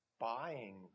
buying